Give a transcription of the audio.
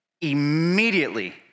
Immediately